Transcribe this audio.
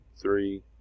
three